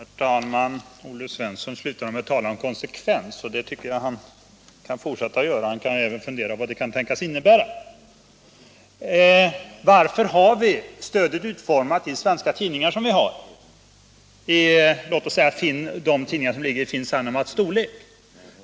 Herr talman! Olle Svensson slutade med att tala om konsekvens. Det tycker jag att han kan fortsätta att göra och även fundera över vad det kan tänkas innebära. Varför har vi stödet till svenska tidningar av låt oss säga Finn Sanomats storlek utformat på det sätt som vi har?